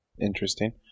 interesting